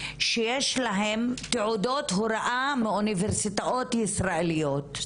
שיש להם תעודות הוראה מאוניברסיטאות ישראליות,